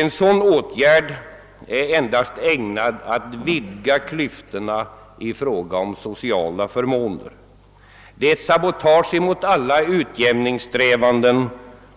En sådan åtgärd är endast ägnad att vidga klyftorna i fråga om sociala förmåner. Den är ett sabotage mot alla utjämningssträvanden